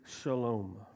shalom